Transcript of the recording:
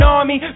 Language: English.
Army